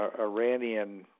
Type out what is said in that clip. Iranian